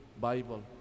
Bible